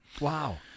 Wow